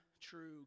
true